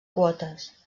quotes